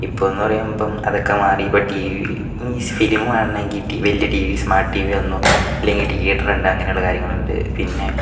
ഇപ്പോന്നു പറയുമ്പോൾ അതൊക്കെ മാറി ഇപ്പോൾ ടീവി ഈ ഫിലിമു കാണണമെങ്കിൽ വലിയ ടീവി സ്മാർട്ട് ടീവിയൊന്നും ഇല്ലെങ്കിൽ തിയേറ്റർ ഉണ്ട് അങ്ങനെയുള്ള കാര്യങ്ങൾ ഉണ്ട് പിന്നെ